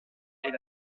est